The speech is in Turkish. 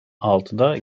altıda